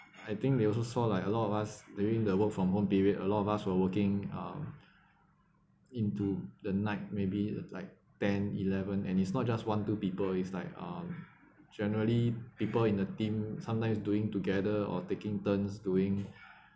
I think they also saw like a lot of us during the work from home period a lot of us were working uh into the night maybe like ten eleven and it's not just one two people is like um generally people in a team sometimes doing together or taking turns doing